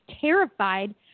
terrified